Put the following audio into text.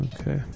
okay